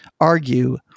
argue